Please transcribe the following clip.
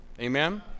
Amen